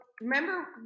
remember